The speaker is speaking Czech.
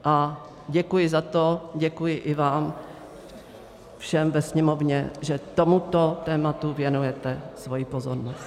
A děkuji za to, děkuji i vám všem ve Sněmovně, že tomuto tématu věnujete svoji pozornost.